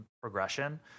progression